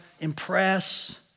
impress